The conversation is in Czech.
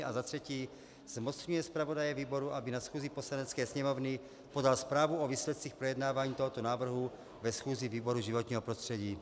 III. zmocňuje zpravodaje výboru, aby na schůzi Poslanecké sněmovny podal zprávu o výsledcích projednávání tohoto návrhu ve schůzi výboru životního prostředí.